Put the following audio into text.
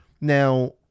Now